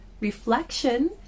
reflection